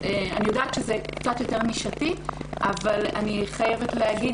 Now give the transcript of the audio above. אני יודעת שזה קצת יותר נישתי אבל אני חייבת להגיד